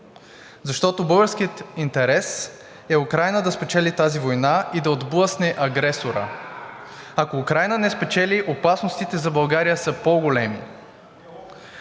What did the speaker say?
Защото българският интерес е Украйна да спечели тази война и да отблъсне агресора. Ако Украйна не спечели, опасностите за България са по-големи.